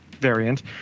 variant